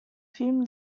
film